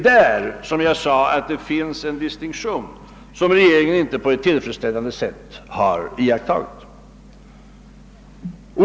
Där finns det en distinktion, sade jag, som regeringen inte tillfredsställande har iakttagit.